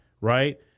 right